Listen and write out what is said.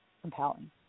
compelling